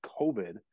COVID